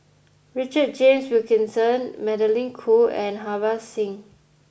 Richard James Wilkinson Magdalene Khoo and Harbans Singh